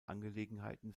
angelegenheiten